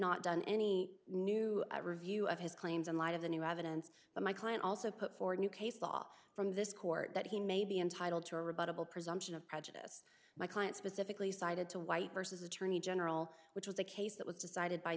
not done any new review of his claims in light of the new evidence but my client also put forward a new case law from this court that he may be entitled to a rebuttable presumption of prejudice my client specifically cited to white vs attorney general which was a case that was decided by